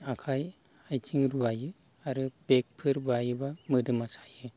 आखाइ आइथिं रुवायो आरो बेगफोर बायोबा मोदोमा सायो